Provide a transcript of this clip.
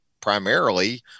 primarily